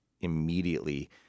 immediately